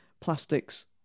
plastics